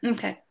Okay